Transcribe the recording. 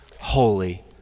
holy